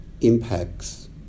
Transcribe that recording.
impacts